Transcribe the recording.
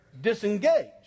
disengaged